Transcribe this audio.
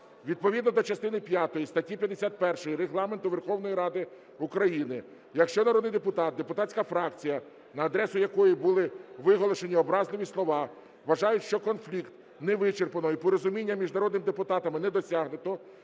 Відповідно до частини п'ятої статті 51Регламенту Верховної Ради України, якщо народний депутат, депутатська фракція, на адресу якої були виголошені образливі слова, вважають, що конфлікт не вичерпано і порозуміння між народними депутатами не досягнуто, то